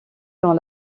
dans